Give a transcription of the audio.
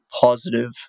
positive